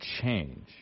change